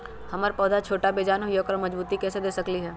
हमर पौधा छोटा बेजान हई उकरा मजबूती कैसे दे सकली ह?